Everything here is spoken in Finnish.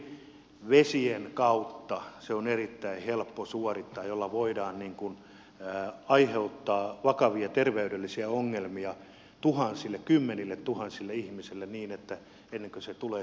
juuri vesien kautta se on erittäin helppo suorittaa näin voidaan aiheuttaa vakavia terveydellisiä ongelmia tuhansille kymmenilletuhansille ihmisille ennen kuin se tulee tiedostetuksi